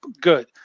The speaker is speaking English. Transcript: good